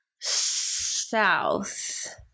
south